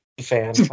fan